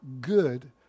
good